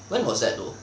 when was that though